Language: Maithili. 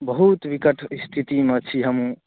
बहुत विकट स्थितिमे छी हमहुँ